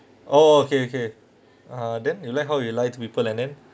oh okay okay uh then you lie how you lie to people and then